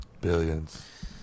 Billions